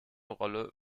rolle